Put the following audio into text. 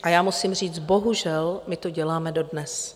A já musím říct: Bohužel, my to děláme dodnes.